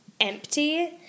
empty